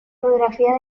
biografía